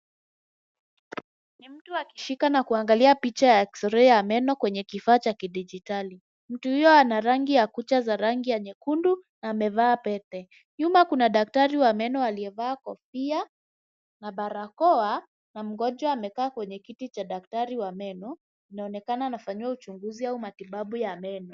Ni mtu akishika na kuangalia picha ya X-ray ya meno kwenye kifaa cha kidigitali. Mtu huyo ana rangi ya kucha za rangi ya nyekundu, na amevaa pete. Nyuma kuna daktari wa meno aliyevaa kofia na barakoa, na mgonjwa amekaa kwenye kiti cha daktari wa meno. Anaonekana anafanyiwa uchunguzi au matibabu ya meno.